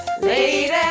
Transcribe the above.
lady